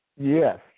Yes